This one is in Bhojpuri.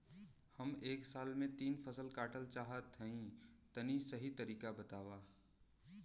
हम एक साल में तीन फसल काटल चाहत हइं तनि सही तरीका बतावा?